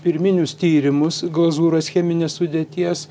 pirminius tyrimus glazūras cheminės sudėties